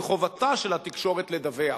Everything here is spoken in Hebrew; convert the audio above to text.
כי חובתה של התקשורת לדווח,